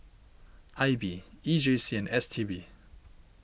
I B E J C and S T B